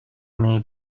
may